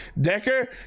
Decker